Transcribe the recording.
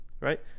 right